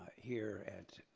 here at